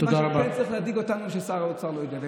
מה שצריך להדאיג אותנו ששר האוצר לא יודע,